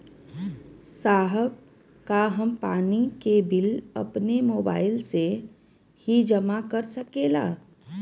साहब का हम पानी के बिल अपने मोबाइल से ही जमा कर सकेला?